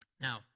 Now